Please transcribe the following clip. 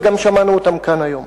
וגם שמענו אותם כאן היום.